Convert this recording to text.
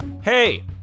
Hey